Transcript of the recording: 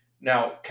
Now